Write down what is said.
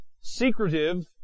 secretive